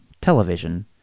television